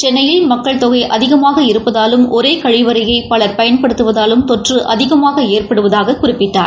சென்னையில் மக்கள் தொகை அதிகமாக இருப்பதாலும் ஒரே கழிவறையை பலர் பயன்படுத்துவதாலும் தொற்று அதிகமாக ஏற்படுவதாகக் குறிப்பிட்டார்